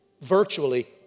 virtually